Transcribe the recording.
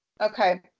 okay